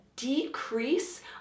decrease